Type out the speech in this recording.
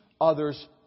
others